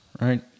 Right